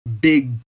big